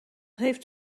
heeft